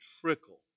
trickle